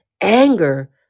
anger